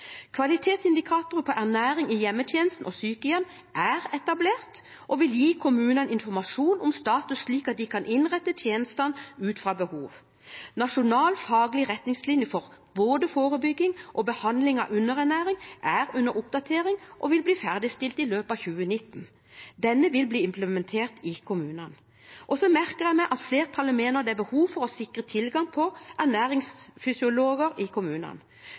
Kvalitetsindikatorer for ernæring i hjemmetjenesten og sykehjem er etablert og vil gi kommunene informasjon om status, slik at de kan innrette tjenestene ut fra behov. Nasjonal faglig retningslinje for både forebygging og behandling av underernæring er under oppdatering og vil bli ferdigstilt i løpet av 2019. Den vil bli implementert i kommunene. Jeg merker meg at flertallet mener det er behov for å sikre tilgang på ernæringsfysiologer i kommunene.